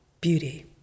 beauty